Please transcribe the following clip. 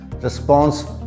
Response